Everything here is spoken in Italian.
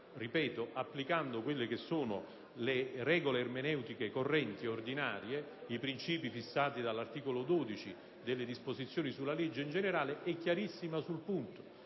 vista, applicando le regole ermeneutiche correnti, ordinarie, i principi fissati dall'articolo 12 delle disposizioni sulla legge in generale, è chiarissima.